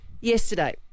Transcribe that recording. Yesterday